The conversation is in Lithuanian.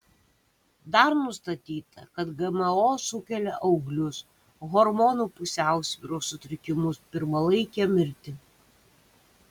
dar nustatyta kad gmo sukelia auglius hormonų pusiausvyros sutrikimus pirmalaikę mirtį